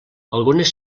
algunes